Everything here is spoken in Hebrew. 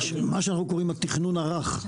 מה שאנחנו קוראים התכנון הרך.